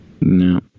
No